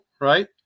Right